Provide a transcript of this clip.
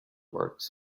works